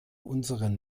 unseren